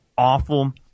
Awful